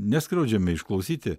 neskriaudžiami išklausyti